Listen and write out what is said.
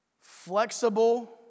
flexible